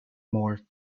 more